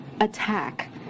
attack